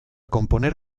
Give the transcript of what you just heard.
componer